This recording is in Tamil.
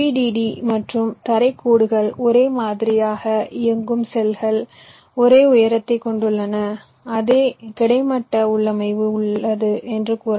டி மற்றும் தரை கோடுகள் ஒரே மாதிரியாக இயங்கும் செல்கள் ஒரே உயரத்தைக் கொண்டுள்ளன அதே கிடைமட்ட உள்ளமைவு என்று கூறலாம்